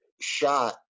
shot